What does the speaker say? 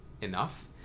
enough